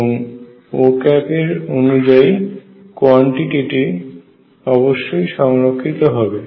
এবং Ô এর অনুযায়ী কোয়ান্টিটি টি অবশ্যই সংরক্ষিত হবে